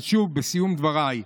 אבל שוב, בסיום דבריי,